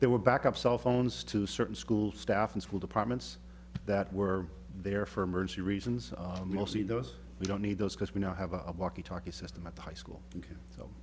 there were back up cell phones to certain school staff and school departments that were there for emergency reasons mostly those we don't need those because we now have a walkie talkie system at high school so